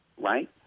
right